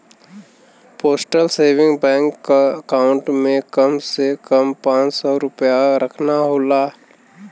postal saving bank क account में कम से कम पांच सौ रूपया रखना होला